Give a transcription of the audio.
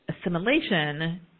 assimilation